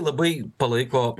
labai palaiko